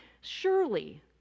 surely